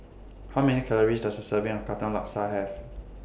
How Many Calories Does A Serving of Katong Laksa Have